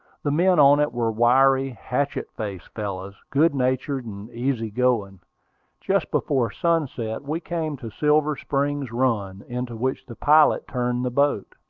the men on it were wiry, hatchet-faced fellows, good-natured and easy-going. just before sunset we came to silver spring run, into which the pilot turned the boat.